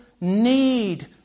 need